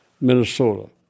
minnesota